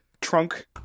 Trunk